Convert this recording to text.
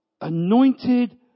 anointed